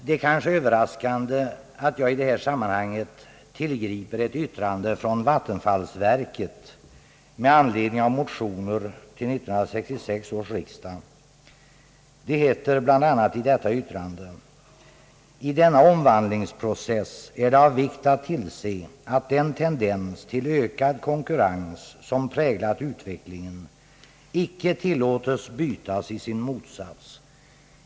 Det är kanske överraskande att jag i detta sammanhang åberopar ett yttrande av vattenfallsverket med anledning av motioner till 1966 års riksdag, men i verkets åsyftade yttrande heter det bl.a.: »I denna omvandlingsprocess är det av vikt att tillse att den tendens till ökad konkurrens, som präglat utvecklingen, icke tillåtes bytas i sin motsats.